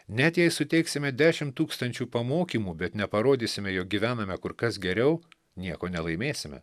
net jei suteiksime dešimt tūkstančių pamokymų bet neparodysime jog gyvename kur kas geriau nieko nelaimėsime